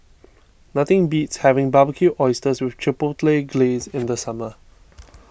nothing beats having Barbecued Oysters with Chipotle Glaze in the summer